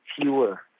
fewer